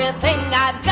ah thing that.